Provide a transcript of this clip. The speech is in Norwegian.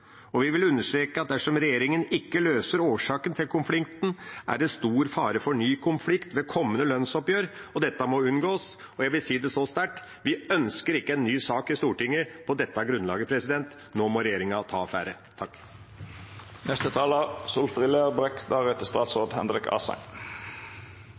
Vi vil understreke at dersom regjeringa ikke løser årsaken til konflikten, er det stor fare for ny konflikt ved kommende lønnsoppgjør. Dette må unngås. Jeg vil si det så sterkt: Vi ønsker ikke en ny sak i Stortinget på dette grunnlaget – nå må regjeringa ta